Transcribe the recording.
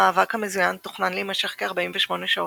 המאבק המזוין תוכנן להמשך כ-48 שעות,